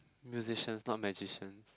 musicians not magicians